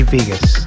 Vegas